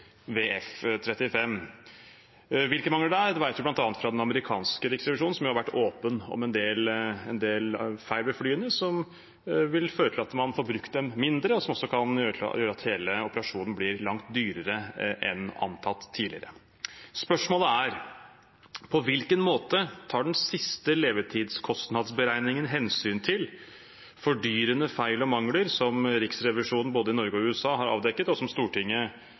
Hvilke mangler det er, vet vi bl.a. fra den amerikanske riksrevisjonen, som har vært åpen om en del feil ved flyene som vil føre til at man får brukt dem mindre, og som også kan gjøre at hele operasjonen blir langt dyrere enn antatt tidligere. Spørsmålet er: På hvilken måte tar den siste levetidskostnadsberegningen hensyn til fordyrende feil og mangler som riksrevisjonene både i Norge og USA har avdekket, og som Stortinget